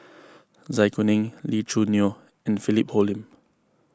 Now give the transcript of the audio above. Zai Kuning Lee Choo Neo and Philip Hoalim